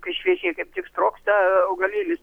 kai šviežiai kaip tik sprogsta augalėlis